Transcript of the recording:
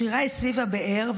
השירה היא סביב הבאר,